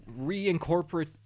reincorporate